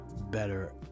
better